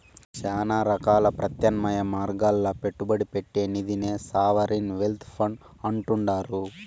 శానా రకాల ప్రత్యామ్నాయ మార్గాల్ల పెట్టుబడి పెట్టే నిదినే సావరిన్ వెల్త్ ఫండ్ అంటుండారు